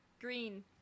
green